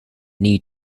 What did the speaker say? need